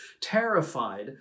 terrified